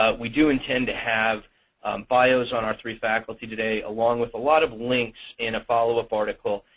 ah we do intend to have bios on our three faculty today, along with a lot of links in a follow up article.